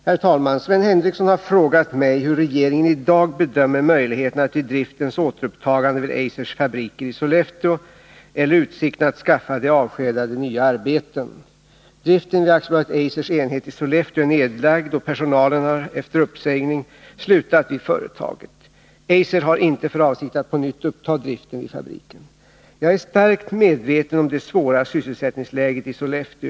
Herr talman! Sven Henricsson har frågat mig hur regeringen i dag bedömer möjligheterna till driftens återupptagande vid Eisers fabrik i Sollefteå eller utsikterna att skaffa de avskedade nya arbeten. Driften vid AB Eisers enhet i Sollefteå är nedlagd och personalen har efter uppsägning slutat vid företaget. Eiser har inte för avsikt att på nytt uppta driften vid fabriken. Jag är starkt medveten om det svåra sysselsättningsläget i Sollefteå.